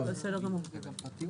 ואז הם יכולים גם לסבך את הטפסים,